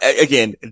Again